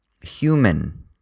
human